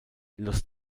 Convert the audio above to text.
los